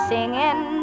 Singing